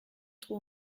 trop